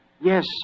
Yes